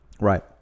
Right